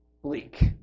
Bleak